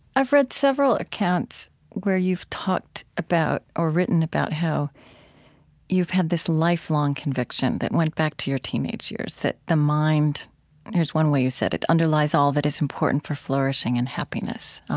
i've read several accounts where you've talked about or written about how you've had this lifelong conviction that went back to your teenage years, that the mind here's one way you said it underlies all that is important for flourishing and happiness.